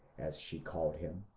as she called him,